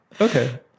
Okay